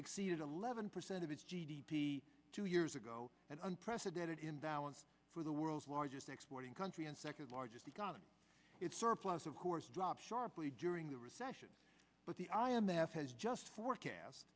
exceeded eleven percent of its g d p two years ago an unprecedented imbalance for the world's largest exporting country and second largest economy its surplus of course dropped sharply during the recession but the i m f has just forecast